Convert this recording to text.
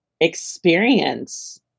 experience